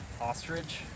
ostrich